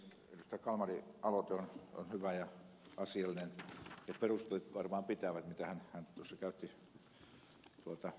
kalmarin aloite on hyvä ja asiallinen ja perustelut varmaan pitävät joita hän tuossa käytti puhujakorokkeelta